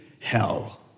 hell